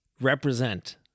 represent